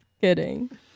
kidding